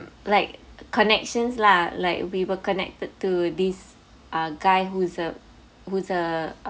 like connections lah like we were connected to this uh guy who's a who's a